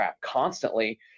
constantly